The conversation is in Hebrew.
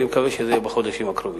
אני מקווה שזה יהיה בחודשים הקרובים.